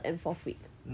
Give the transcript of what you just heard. no